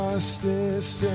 Justice